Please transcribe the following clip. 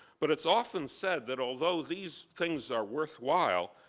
but it's often said that although these things are worthwhile,